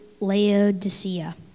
Laodicea